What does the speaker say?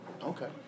Okay